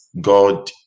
god